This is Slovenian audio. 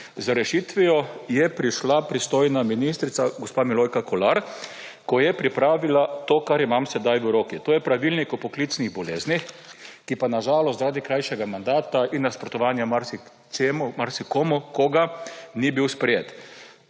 z rešitvijo prišla pristojna ministrica gospa Milojka Kolar, ko je pripravila to, kar imam sedaj v roki. To je pravilnik o poklicnih boleznih, ki pa na žalost zaradi krajšega mandata in nasprotovanja marsikoga marsičemu ni bil sprejet.